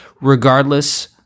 Regardless